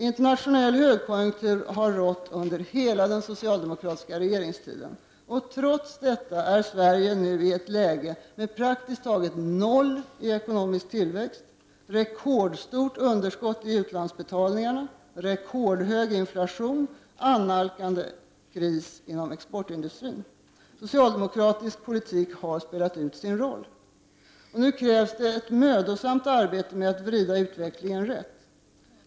Internationell högkonjunktur har rått under hela den socialdemokratiska regeringstiden. Trots detta befinner sig Sverige nu i ett läge med praktiskt taget noll i ekonomisk tillväxt, rekordstort underskott i utlandsbetalningarna, rekordhög inflation och annalkande kris inom exportindustrin. Socialdemokratisk politik har spelat ut sin roll. Nu krävs ett mödosamt arbete för att vrida utvecklingen rätt.